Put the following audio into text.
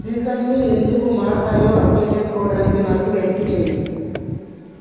సీజన్లు ఎందుకు మారతాయో అర్థం చేసుకోవడానికి నాకు హెల్ప్ చెయ్యి